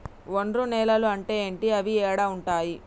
ఒండ్రు నేలలు అంటే ఏంటి? అవి ఏడ ఉంటాయి?